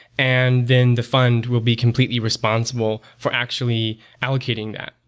and then the fund will be completely responsible for actually allocating that.